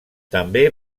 també